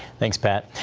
thanks, pat.